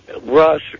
Rush